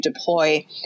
deploy